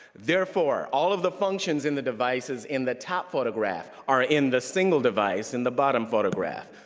therefore, all of the functions in the devices in the top photograph are in the single device in the bottom photograph.